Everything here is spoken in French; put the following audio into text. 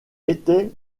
était